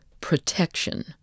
protection